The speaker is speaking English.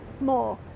more